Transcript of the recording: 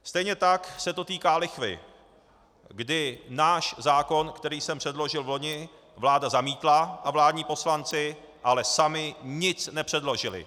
Stejně tak se to týká lichvy, kdy náš zákon, který jsem předložil loni, vláda zamítla, ale vládní poslanci sami nic nepředložili.